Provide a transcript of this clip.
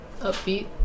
upbeat